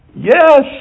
Yes